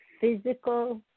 physical